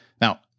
Now